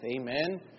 Amen